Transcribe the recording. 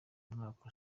mwaka